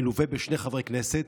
מלווה בשני חברי כנסת,